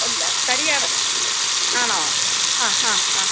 അല്ല തടിയാണ് ആണോ ആ ആ ആ